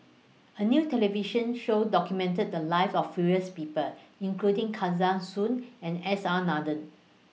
A New television Show documented The Lives of various People including Kesavan Soon and S R Nathan